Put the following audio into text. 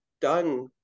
done